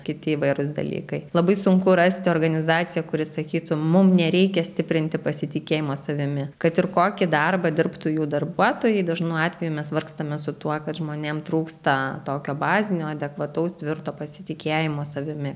kiti įvairūs dalykai labai sunku rasti organizaciją kuri sakytų mum nereikia stiprinti pasitikėjimo savimi kad ir kokį darbą dirbtų jų darbuotojai dažnu atveju mes vargstame su tuo kad žmonėm trūksta tokio bazinio adekvataus tvirto pasitikėjimo savimi